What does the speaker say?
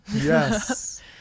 yes